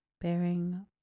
bearing